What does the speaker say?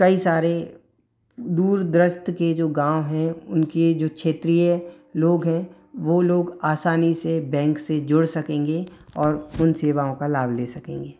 कई सारे दूर दराज के जो गाँव हैं उनके जो क्षेत्रीय लोग हैं वो लोग आसानी से बैंक से जुड़ सकेंगे और उन सेवाओं का लाभ ले सकेंगे